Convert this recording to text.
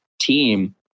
team